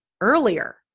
Earlier